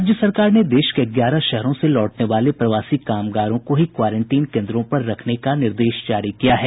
राज्य सरकार ने देश के ग्यारह शहरों से लौटने वाले प्रवासी कामगारों को ही क्वारेंटीन केंद्रों पर रखने का निर्देश जारी किया है